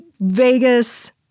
Vegas